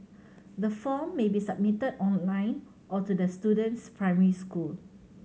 the form may be submitted online or to the student's primary school